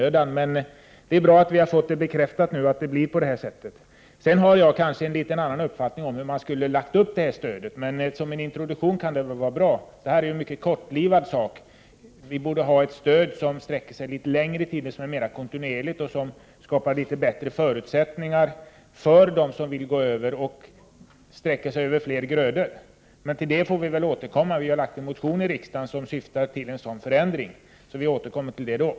Hur som helst är det bra att vi har fått en bekräftelse på hur det blir. Jag har kanske en annan uppfattning om uppläggningen av stödet. Men som en introduktion kan det som nu gäller vara bra. Det här är dock ett kortlivat stöd. Vi borde ha ett stöd som gäller under en något längre tid, som är mera kontinuerligt och som skapar litet bättre förutsättningar för dem som vill gå över till alternativ odling eller för dem som väljer fler grödor. Vi får väl återkomma till frågan senare. Vidare vill jag säga att vi har väckt en motion med förslag till en förändring. I samband med behandlingen av den motionen får vi återkomma till saken.